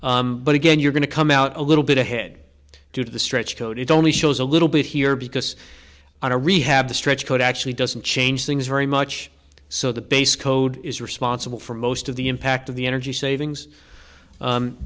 money but again you're going to come out a little bit ahead due to the stretch code it only shows a little bit here because on a rehab the stretch could actually doesn't change things very much so the base code is responsible for most of the impact of the energy savings